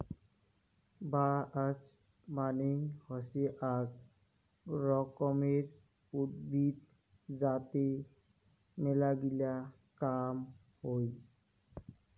বাঁশ মানে হসে আক রকমের উদ্ভিদ যাতে মেলাগিলা কাম হই